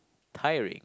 tiring